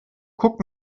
guck